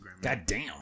Goddamn